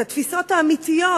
את התפיסות האמיתיות,